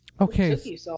okay